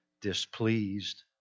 displeased